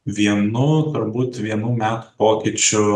vienų turbūt vienų metų pokyčiu